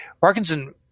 Parkinson